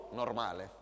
normale